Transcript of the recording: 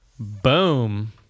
Boom